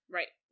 Right